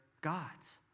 gods